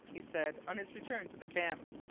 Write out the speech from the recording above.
he said on his return to the camp,